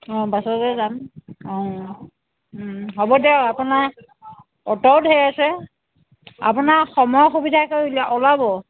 অ' বাছতে যাম অ' হ'ব দিয়ক আপোনাৰ অ'টোও ধেৰ আছে আপোনাৰ সময় সুবিধা কৰি ওলাব